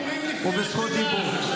הוא בזכות דיבור.